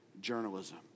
journalism